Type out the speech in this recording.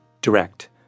direct